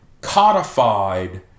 codified